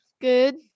good